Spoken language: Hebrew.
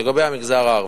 לגבי המגזר הערבי,